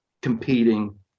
competing